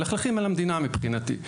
מלכלכים על המדינה, מבחינתי.